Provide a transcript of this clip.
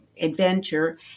adventure